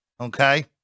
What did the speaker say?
Okay